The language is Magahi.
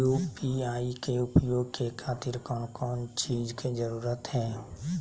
यू.पी.आई के उपयोग के खातिर कौन कौन चीज के जरूरत है?